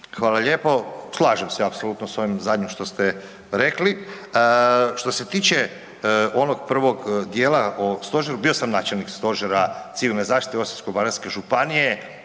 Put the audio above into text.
Hvala lijepo. Slažem se apsolutno s ovim zadnjim što ste rekli. Što se tiče onog prvog dijela o stožeru, bio sam načelnik stožera civilne zaštite Osječko-baranjske županije,